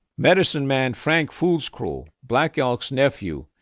medicine man frank fools crow, black elk's nephew,